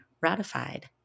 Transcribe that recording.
ratified